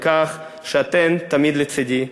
על כך שאתן תמיד לצדי,